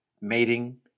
mating